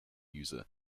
user